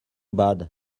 bad